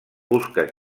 busca